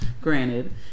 granted